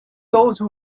those